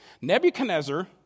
Nebuchadnezzar